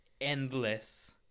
endless